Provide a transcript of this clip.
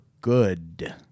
good